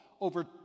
over